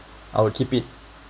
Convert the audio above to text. I will keep it